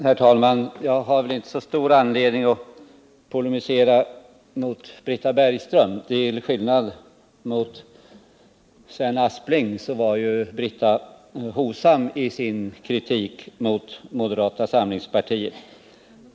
Herr talman! Jag har väl inte så stor anledning att polemisera mot Britta Bergström. Till skillnad mot Sven Aspling var ju Britta Bergström hovsam när hon kritiserade moderata samlingspartiet.